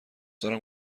دارم